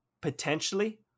potentially